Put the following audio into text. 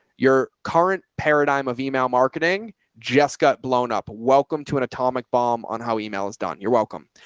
your current paradigm of email marketing, jessica blown up. welcome to an atomic bomb on how email is done. you're welcome.